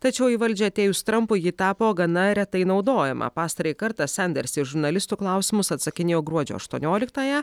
tačiau į valdžią atėjus trampui ji tapo gana retai naudojama pastarąjį kartą sanders į žurnalistų klausimus atsakinėjo gruodžio aštuonioliktąją